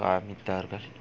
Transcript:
காமித்தார்கள்